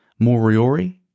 Moriori